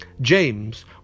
James